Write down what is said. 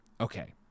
okay